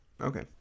Okay